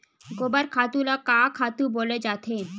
गोबर खातु ल का खातु बोले जाथे?